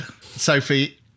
Sophie